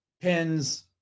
pins